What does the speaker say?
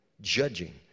judging